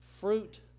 fruit